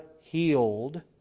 healed